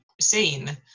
seen